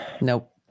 Nope